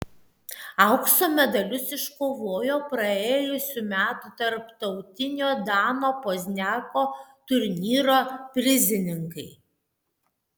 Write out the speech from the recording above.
aukso medalius iškovojo praėjusių metų tarptautinio dano pozniako turnyro prizininkai